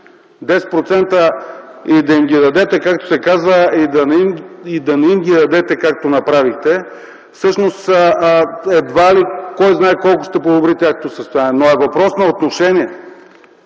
– и да им ги дадете, както се казва, и да не им ги дадете, както направихте, едва ли кой знае колко ще подобрят тяхното състояние, но е въпрос на отношение!